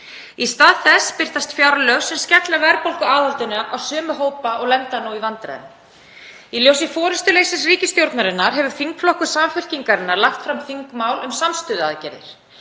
Í stað þess birtast fjárlög sem skella verðbólguaðhaldinu á sömu hópa og lenda nú í vandræðum. Í ljósi forystuleysis ríkisstjórnarinnar hefur þingflokkur Samfylkingarinnar lagt fram þingmál um samstöðuaðgerðir